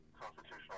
constitutional